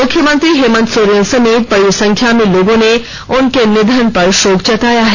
मुख्यमंत्री हेमन्त सोरेन समेत बड़ी संख्या में लोगों ने उनके निधन पर शोक जताया है